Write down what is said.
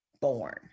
born